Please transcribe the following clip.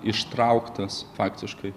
ištrauktas faktiškai